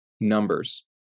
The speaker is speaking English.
numbers